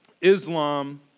Islam